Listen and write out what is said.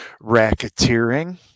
Racketeering